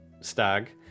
stag